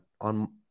on